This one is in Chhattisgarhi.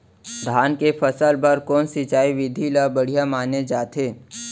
धान के फसल बर कोन सिंचाई विधि ला बढ़िया माने जाथे?